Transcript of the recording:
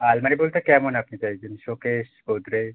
আলমারি বলতে কেমন আপনি চাইছেন শোকেস গোদরেজ